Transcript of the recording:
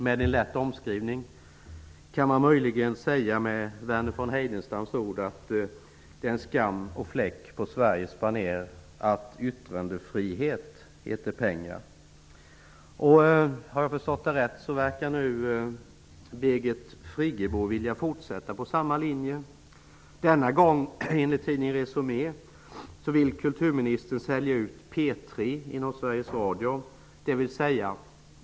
Med en lätt omskrivning kan man möjligen med Verner von Heidenstams ord säga: Det är en skam, det är fläck på Sveriges baner, att yttrandefrihet heter pengar. Om jag har förstått det rätt, verkar nu Birgit Friggebo vilja fortsätta på samma linje. Enligt tidningen Resumé vill kulturministern denna gång sälja ut P 3 inom Sveriges Radio.